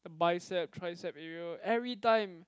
bicep tricep area everytime